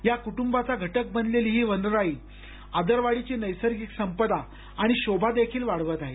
या कुटुंबांचा घटक बनलेली ही वनराई आदरवाडीची नैसर्गिक संपदा आणि शोभा देखील वाढवत आहे